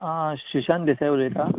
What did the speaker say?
हा सुशांत देसाय उलयता